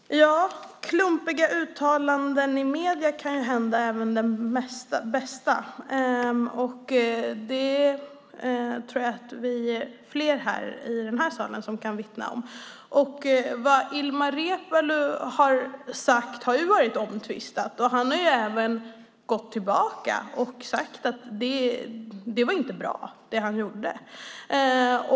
Fru talman! Klumpiga uttalanden i medierna kan hända även den bästa. Jag tror att flera av oss här i salen kan vittna om det. Vad Ilmar Reepalu sade har ju varit omtvistat. Han har sagt att det han gjorde inte var bra.